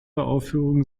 aufführungen